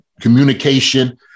communication